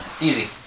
Easy